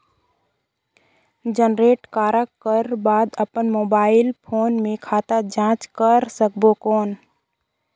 Generate करक कर बाद अपन मोबाइल फोन मे खाता जांच कर सकबो कौन?